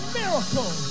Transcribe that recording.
miracle